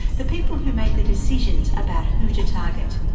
the people who make the decisions about who to target,